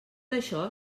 això